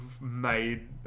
made